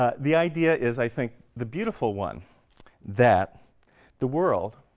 ah the idea is, i think, the beautiful one that the world,